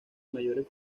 mayor